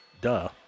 Duh